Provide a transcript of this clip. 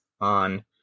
on